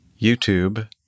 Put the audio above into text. YouTube